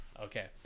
Okay